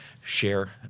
share